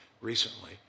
recently